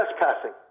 trespassing